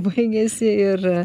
baigėsi ir